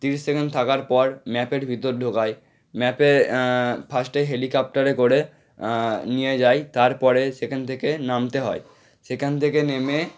তিরিশ সেকেন্ড থাকার পর ম্যাপের ভিতর ঢোকায় ম্যাপে ফার্স্টে হেলিকপ্টারে করে নিয়ে যায় তারপরে সেখান থেকে নামতে হয় সেখান থেকে নেমে